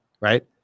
right